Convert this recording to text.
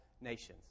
nations